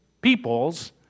peoples